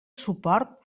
suport